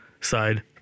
side